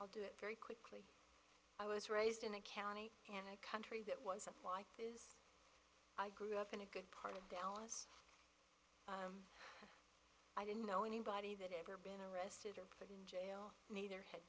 i'll do it very quickly i was raised in a county in a country that was why i grew up in a good part of dallas i didn't know anybody that ever been arrested or put in jail neither had